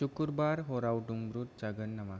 सुकुरबार हराव दुंब्रुद जागोन नामा